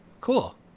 Cool